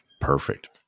Perfect